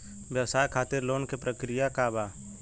व्यवसाय खातीर लोन के प्रक्रिया का बा?